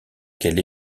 qu’elle